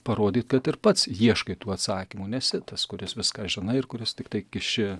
parodyt kad ir pats ieškai tų atsakymų nesi tas kuris viską žinai ir kuris tiktai kiši